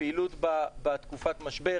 פעילות בתקופת המשבר,